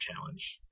challenge